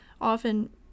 often